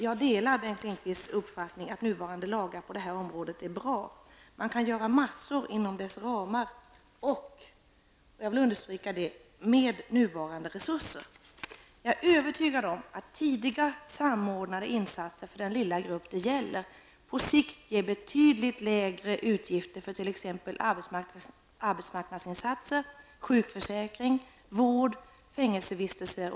Jag delar Bengt Lindqvists uppfattning att nuvarande lagar på detta område är bra. Man kan göra massor inom dessa ramar och -- jag vill understryka det -- med nuvarande resurser. Jag är övertygad om att tidiga, samordnade insatser för den lilla grupp det gäller på sikt ger betydligt lägre utgifter för t.ex. arbetsmarknadsinsatser, sjukförsäkring, vård och fängelsevistelser.